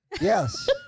Yes